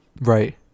Right